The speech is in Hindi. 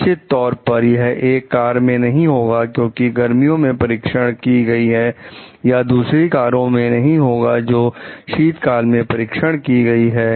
निश्चित तौर पर यह एक कार में नहीं होगा क्योंकि गर्मियों में परीक्षण की गई है या दूसरी कारों में नहीं होगा जो शीतकाल में परीक्षण की गई है